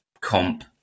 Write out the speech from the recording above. comp